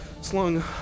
slung